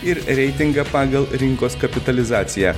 ir reitingą pagal rinkos kapitalizaciją